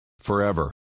forever